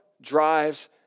drives